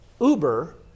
Uber